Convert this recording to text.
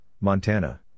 Montana